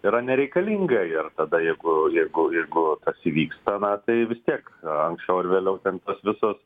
yra nereikalinga ir tada jeigu jeigu jeigu tas įvyksta na vis tiek anksčiau ar vėliau ten tos visos